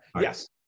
Yes